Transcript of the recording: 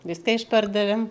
viską išpardavėm